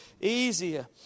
easier